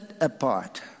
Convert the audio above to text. apart